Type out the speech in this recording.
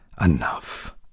Enough